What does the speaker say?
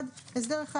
הסדר אחד,